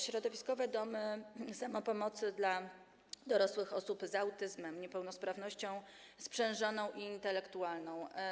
Środowiskowe domy samopomocy dla dorosłych osób z autyzmem, niepełnosprawnością sprzężoną i intelektualną.